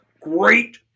great